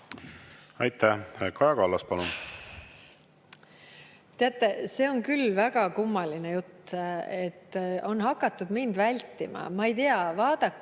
Aitäh! Kaja Kallas, palun! Teate, see on küll väga kummaline jutt, et on hakatud mind vältima. Ma ei tea, vaadake